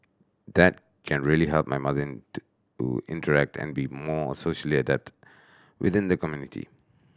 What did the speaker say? that can really help my mother to to interact and be more socially adept within the community